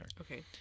Okay